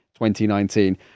2019